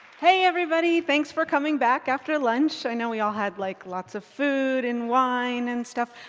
hey, everybody! thanks for coming back after lunch. i know we all had like lots of food and wine and stuff.